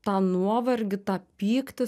tą nuovargį tą pyktį